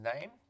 name